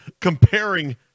comparing